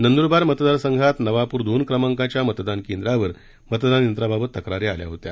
नंदूरबार मतदारसंघात नवापूर दोन क्रमांकाच्या मतदान केंद्रावर मतदान यंत्राबाबत तक्रारी आल्या होत्या